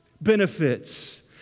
benefits